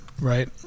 right